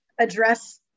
address